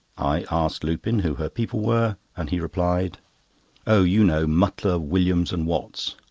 i asked lupin who her people were, and he replied oh, you know mutlar, williams and watts.